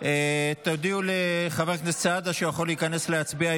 תודיעו לחבר כנסת סעדה שהוא יכול להיכנס להצביע,